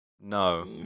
no